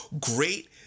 great